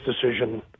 decision